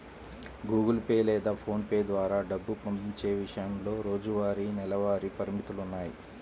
Google Pay లేదా PhonePe ద్వారా డబ్బు పంపించే విషయంలో రోజువారీ, నెలవారీ పరిమితులున్నాయి